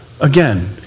again